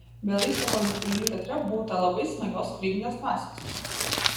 bialystoko lėlių teatre būta labai smagios kūrybinės dvasios